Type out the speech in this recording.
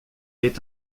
est